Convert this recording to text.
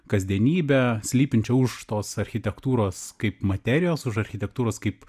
kasdienybę slypinčią už tos architektūros kaip materijos už architektūros kaip